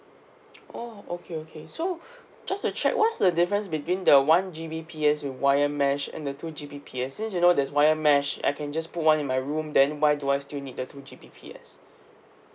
oh okay okay so just to check what's the difference between the one G_B_P_S with wire mesh and the two G_B_P_S since you know that's wired mesh I can just put one in my room then why do I still need the two G_B_P_S